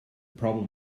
problem